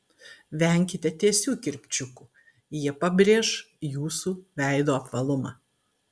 venkite tiesių kirpčiukų jie pabrėš jūsų veido apvalumą